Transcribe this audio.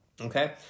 Okay